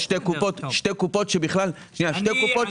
יש שתי קופות שבכלל לא